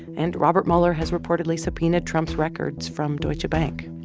and robert mueller has reportedly subpoenaed trump's records from deutsche bank.